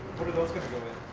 what are those going to go in?